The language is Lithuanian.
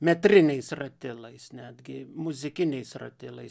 metriniais ratilais netgi muzikiniais ratilais